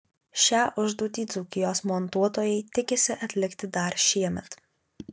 šią užduotį dzūkijos montuotojai tikisi atlikti dar šiemet